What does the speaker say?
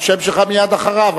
השם שלך מייד אחריו,